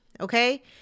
okay